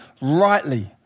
rightly